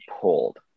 pulled